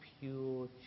pure